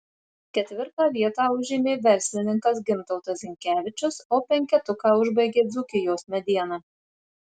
ketvirtą vietą užėmė verslininkas gintautas zinkevičius o penketuką užbaigė dzūkijos mediena